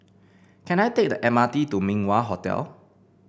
can I take the M R T to Min Wah Hotel